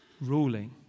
ruling